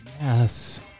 yes